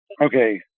Okay